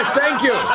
thank you!